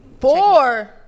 four